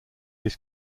his